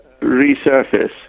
resurface